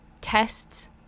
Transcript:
tests